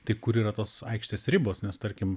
tai kur yra tos aikštės ribos nes tarkim